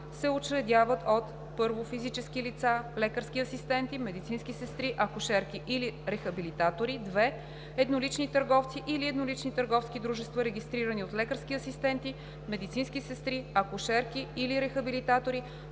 се учредяват от: 1. физически лица – лекарски асистенти, медицински сестри, акушерки или рехабилитатори; 2. еднолични търговци или еднолични търговски дружества, регистрирани от лекарски асистенти, медицински сестри, акушерки или рехабилитатори;